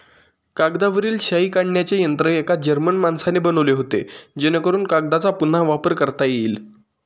कागदावरील शाई काढण्याचे यंत्र एका जर्मन माणसाने बनवले होते जेणेकरून कागदचा पुन्हा वापर करता येईल